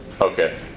okay